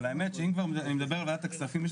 אבל האמת שאם כבר אני מדבר על ועדת הכספים,